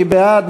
מי בעד?